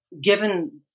given